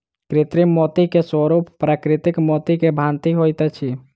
कृत्रिम मोती के स्वरूप प्राकृतिक मोती के भांति होइत अछि